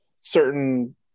certain